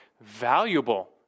valuable